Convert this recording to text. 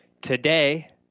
today